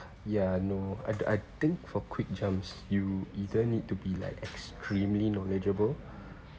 ya no I I think for quick jumps you either need to be like extremely knowledgeable